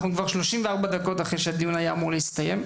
אנחנו כבר 34 דקות אחרי שהדיון היה אמור להסתיים.